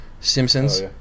Simpsons